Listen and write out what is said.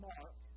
Mark